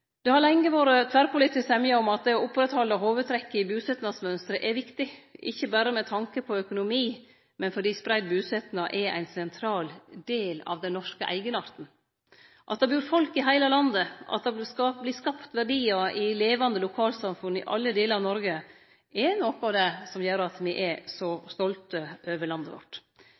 Det har lenge vore tverrpolitisk semje om at det å oppretthalde hovudtrekka i busetnadsmønsteret er viktig, ikkje berre med tanke på økonomi, men fordi spreidd busetnad er ein sentral del av den norske eigenarten. At det bur folk i heile landet, at det vert skapt verdiar i levande lokalsamfunn i alle delar av Noreg, er noko av det som gjer at me er så stolte over landet vårt.